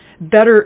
Better